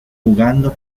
jugando